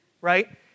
right